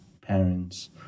parents